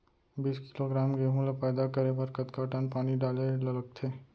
बीस किलोग्राम गेहूँ ल पैदा करे बर कतका टन पानी डाले ल लगथे?